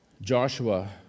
Joshua